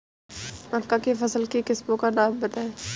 मक्का की फसल की किस्मों का नाम बताइये